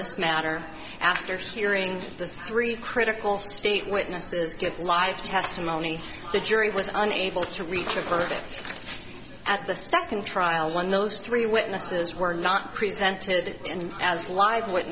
this matter after hearing the three critical state witnesses gets a lot of testimony the jury was unable to reach a verdict at the second trial when those three witnesses were not presented and as live wit